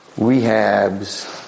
Rehabs